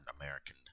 American